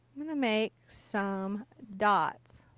i'm going to make some dots.